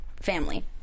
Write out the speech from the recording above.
family